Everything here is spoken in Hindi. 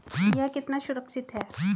यह कितना सुरक्षित है?